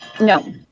No